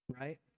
right